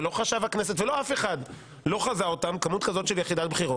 לא חשב הכנסת ולא אחד אחד חזה כמות כזאת של יחידת בחירות,